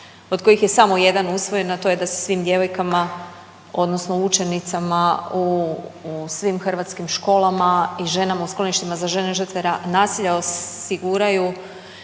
od kojih je samo jedan usvojen, a to je da se svim djevojkama odnosno učenicama u, u svim hrvatskim školama i ženama u skloništima za žene žrtve nasilja osiguraju